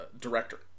director